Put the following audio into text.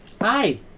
Hi